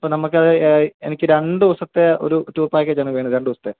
അപ്പം നമുക്ക് അത് എനിക്ക് രണ്ട് ദിവസത്തെ ഒരു ടൂര് പാക്കേജാണ് വേണ്ടത് രണ്ട് ദിവസത്തെ